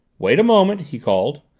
wait a moment! he called.